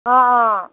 অঁ অঁ